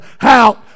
out